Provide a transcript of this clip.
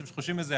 כשחושבים על זה,